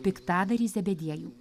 piktadarį zebediejų